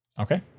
Okay